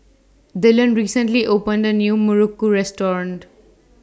Dylan recently opened A New Muruku Restaurant